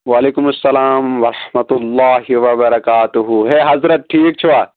وعلیکُم اَلسلام وَرحمتُہ اللہِ وَبَرَکاتہوٗ ہے حَضرت ٹھیٖک چھِوا